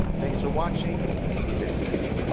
thanks for watching, see you next week.